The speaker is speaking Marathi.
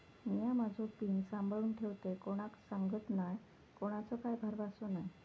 मिया माझो पिन सांभाळुन ठेवतय कोणाक सांगत नाय कोणाचो काय भरवसो नाय